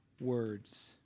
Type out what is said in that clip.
words